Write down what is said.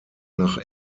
nach